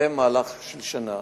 זה מהלך של שנה.